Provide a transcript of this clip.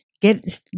get